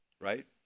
right